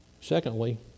Secondly